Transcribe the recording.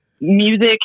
music